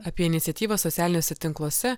apie iniciatyvą socialiniuose tinkluose